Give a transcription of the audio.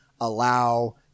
allow